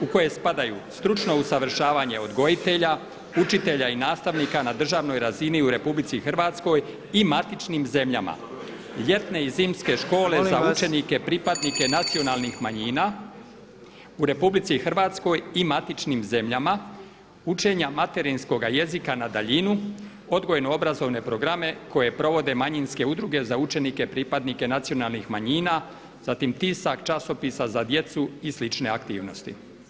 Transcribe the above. u koje spadaju: stručno usavršavanje odgojitelja, učitelja i nastavnika na državnoj razini u Republici Hrvatskoj i matičnim zemljama, ljetne i zimske škole za učenike… … /Nered u dvorani, predsjedavajući zvoni./ … pripadnike nacionalnih manjina u Republici Hrvatskoj i matičnim zemljama, učenja materinskoga jezika na daljinu, odgojno-obrazovne programe koje provode manjinske udruge za učenike pripadnike nacionalnih manjina, zatim tisak časopisa za djecu i slične aktivnosti.